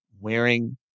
wearing